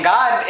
God